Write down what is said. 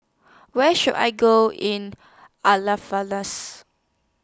Where should I Go in